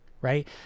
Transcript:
right